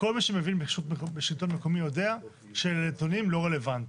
כל מי שמבין בשלטון מקומי יודע שאלה נתונים לא רלוונטיים,